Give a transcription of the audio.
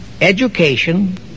education